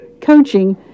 coaching